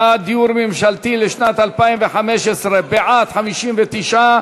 דיור ממשלתי, לשנת 2015: בעד, 59,